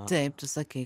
taip tu sakei